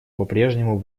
попрежнему